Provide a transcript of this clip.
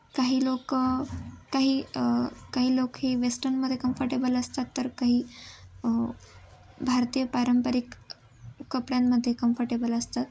काही लोकं काही काही लोक हे वेस्टर्नमध्ये कम्फर्टेबल असतात तर काही भारतीय पारंपरिक कपड्यांमध्ये कम्फर्टेबल असतात